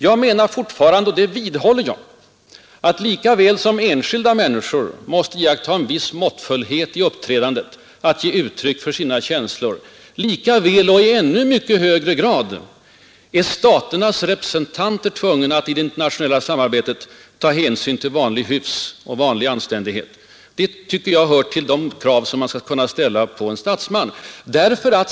Jag menar fortfarande — och vidhåller detta att lika väl som enskilda människor måste iaktta en viss måttfullhet i uppträdandet när det gäller att ge uttryck för sina känslor, lika väl och i än mycket högre grad är staternas representanter tvungna att i det internationella samarbetet ta hänsyn till vanlig hyfs och anständighet. Jag tycker att det hör till de krav som man bör kunna ställa på en statsman.